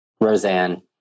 Roseanne